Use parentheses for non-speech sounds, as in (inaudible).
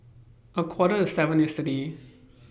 A Quarter to seven yesterday (noise)